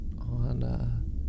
on